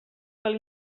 cal